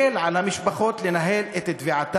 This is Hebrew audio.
אכן מסתבר שיקל על המשפחות לנהל את תביעתן